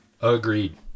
Agreed